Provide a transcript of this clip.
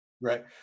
Right